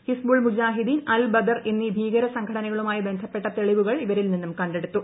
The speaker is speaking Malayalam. ഹിസ്ബ് ഉൾ മുജാഹിദീൻ്ട് അൽ ബദ്ർ എന്നീ ഭീകരസംഘടനകളുമായി ബന്ധപ്പെട്ട തെളിവുകൾ ഇവരിൽ നിന്നും കണ്ടെടുത്തു